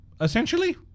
essentially